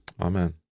Amen